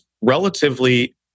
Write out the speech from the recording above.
relatively